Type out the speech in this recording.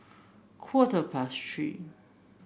quarter past Three